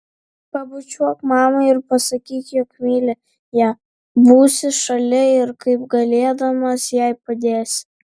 pabučiuok mamą ir pasakyk jog myli ją būsi šalia ir kaip galėdamas jai padėsi